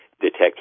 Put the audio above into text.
detect